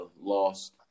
lost